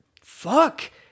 fuck